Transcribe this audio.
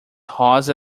rosa